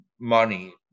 money